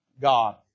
God